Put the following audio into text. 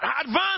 advance